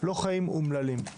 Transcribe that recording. לא חיים אומללים.